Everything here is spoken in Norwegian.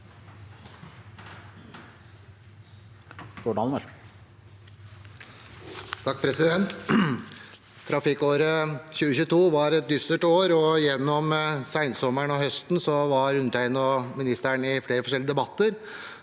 (FrP) Trafikkåret 2022 var et dystert år, og gjennom sensommeren og høsten var undertegnede og ministeren i flere forskjellige debatter